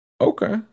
Okay